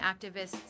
activists